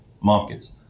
markets